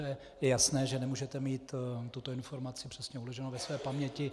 Je jasné, že nemůžete mít tuto informaci přesně vloženou ve své paměti.